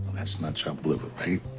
that's not chopped liver,